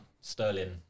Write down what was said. Sterling